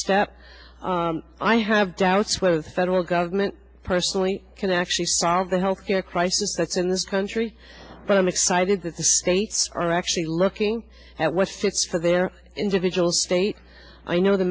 step i have doubts whether the federal government personally can actually solve the health care crisis that's in this country but i'm excited that the states are actually looking at what fits for their individual state i know the